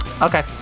Okay